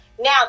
Now